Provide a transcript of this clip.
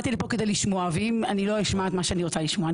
באתי לפה כדי לשמוע ואם אני לא אשמע את מה שאני רוצה לשמוע,